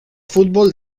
fútbol